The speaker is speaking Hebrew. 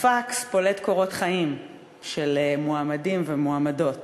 הפקס פולט קורות חיים של מועמדים ומועמדות,